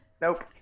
Nope